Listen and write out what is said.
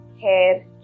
hair